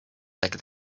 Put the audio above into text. like